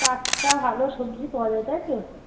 টাটকা ভালো সবজি পাওয়া যায় তাই তো